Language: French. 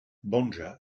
banja